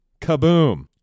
kaboom